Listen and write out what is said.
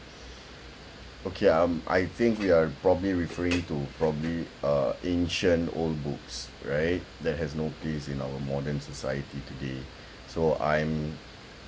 okay um I think we are probably referring to probably uh ancient old books right that has no place in our modern society today so I'm